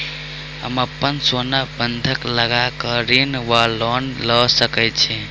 हम अप्पन सोना बंधक लगा कऽ ऋण वा लोन लऽ सकै छी?